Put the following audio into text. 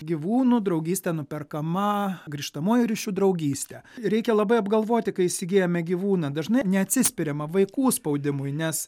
gyvūnų draugystė nuperkama grįžtamuoju ryšiu draugyste reikia labai apgalvoti kai įsigijame gyvūną dažnai neatsispiriama vaikų spaudimui nes